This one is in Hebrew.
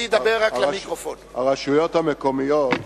הרשויות המקומיות